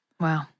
Wow